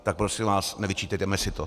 Tak prosím vás, nevyčítejme si to.